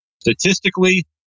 statistically